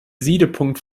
siedepunkt